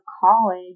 college